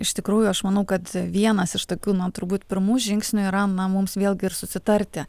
iš tikrųjų aš manau kad vienas iš tokių na turbūt pirmų žingsnių yra na mums vėlgi ir susitarti